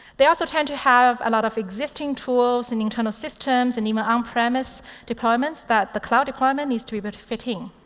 they also tend to have a lot of existing tools and internal systems, and even on-premise departments that the cloud deployment needs to be able but to fit in.